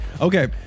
Okay